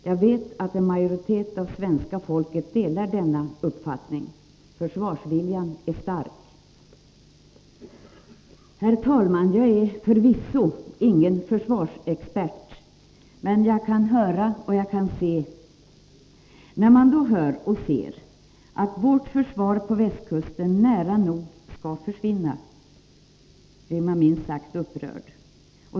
Jag vet att en majoritet av svenska folket delar denna uppfattning. Försvarsviljan är stark. Herr talman! Jag är förvisso ingen försvarsexpert, men jag kan höra och se. När man då hör och ser att vårt försvar på västkusten nära nog skall försvinna, blir man minst sagt upprörd.